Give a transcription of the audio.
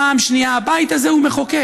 פעם שנייה, הבית הזה הוא מחוקק,